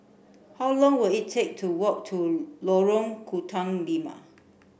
how long will it take to walk to Lorong Tukang Lima